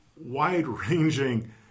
wide-ranging